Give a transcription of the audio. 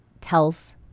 tells